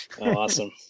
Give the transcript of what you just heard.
Awesome